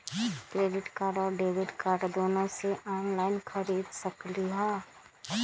Credit card और debit card दोनों से ऑनलाइन खरीद सकली ह?